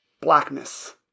Blackness